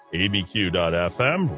abq.fm